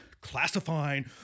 classifying